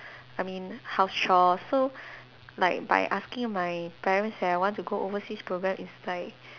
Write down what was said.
I mean house chores so like by asking my parents that I want to go overseas program it's like